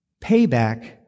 payback